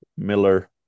miller